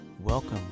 Welcome